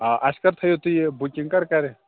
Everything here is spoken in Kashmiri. آ اَسہِ کَر تھٲیِو تُہۍ یہِ بُکِنٛگ کَرِ